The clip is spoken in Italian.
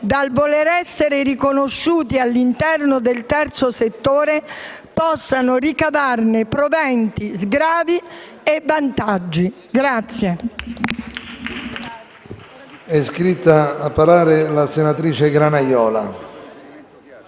dal voler essere riconosciuti all'interno del terzo settore possano ricavarne proventi, sgravi e vantaggi.